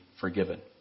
forgiven